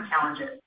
challenges